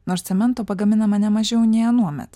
nors cemento pagaminama nemažiau nei anuomet